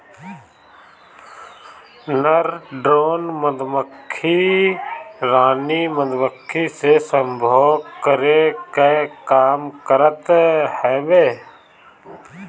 नर ड्रोन मधुमक्खी रानी मधुमक्खी से सम्भोग करे कअ काम करत हवे